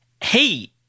hey